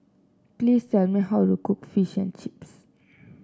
please tell me how to cook Fish and Chips